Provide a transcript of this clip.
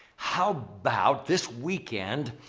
how about this weekend,